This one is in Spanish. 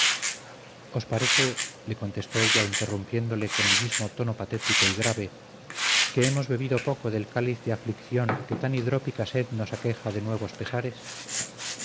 os parece le contestó ella interrumpiéndole con el mismo tono patético y grave que hemos bebido poco del cáliz de aflición que tan hidrópica sed os aqueja de nuevos pesares